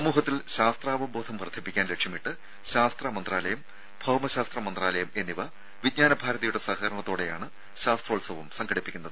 സമൂഹത്തിൽ ശാസ്ത്രാവബോധം വർദ്ധിപ്പിക്കാൻ ലക്ഷ്യമിട്ട് ശാസ്ത്ര മന്ത്രാലയം ഭൌമ ശാസ്ത്ര മന്ത്രാലയം എന്നിവ വിജ്ഞാനഭാരതിയുടെ സഹകരണത്തോടെയാണ് ശാസ്ത്രോത്സവം സംഘടിപ്പിക്കുന്നത്